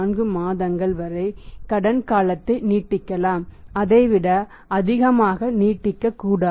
34 மாதங்கள் வரை கடன் காலத்தை நீட்டிக்கலாம் அதை விட அதிகமாக நீட்டிக்கக் கூடாது